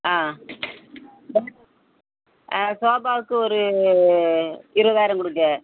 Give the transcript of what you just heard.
ஆ சோஃபாவுக்கு ஒரு இருபதாயிரம் கொடுங்க